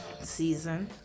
season